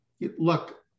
look